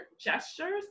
gestures